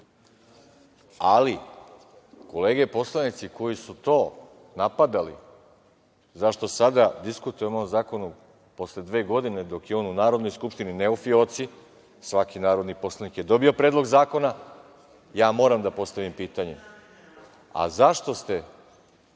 poslanici koji su to napadali zašto sada diskutujemo o ovom zakonu, posle dve godine, dok je on u Narodnoj skupštini, ne u fioci, svaki narodni poslanik je dobio Predlog zakona, ja moram da postavim pitanje - zašto ste